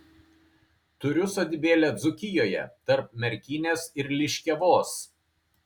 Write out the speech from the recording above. turiu sodybėlę dzūkijoje tarp merkinės ir liškiavos